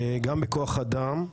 גם בכוח אדם.